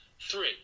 Three